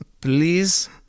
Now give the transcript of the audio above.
Please